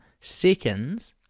seconds